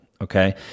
Okay